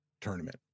tournament